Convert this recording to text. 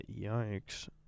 yikes